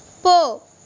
போ